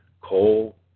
coal